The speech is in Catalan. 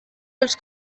els